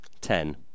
Ten